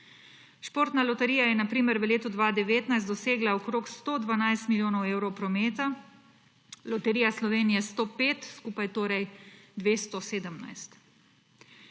Športna loterija je na primer v letu 2019 dosegla okrog 112 milijonov evrov prometa, Loterija Slovenije 105, skupaj torej 217.